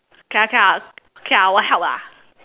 K lah K lah K lah I will help lah